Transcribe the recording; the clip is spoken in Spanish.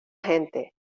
gente